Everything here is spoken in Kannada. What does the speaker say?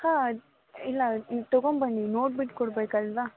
ಹಾಂ ಅದು ಇಲ್ಲ ತೊಗೊಂಬನ್ನಿ ನೋಡ್ಬಿಟ್ಟು ಕೊಡ್ಬೇಕು ಅಲ್ಲವಾ